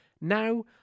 now